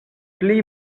pli